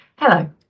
Hello